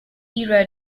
era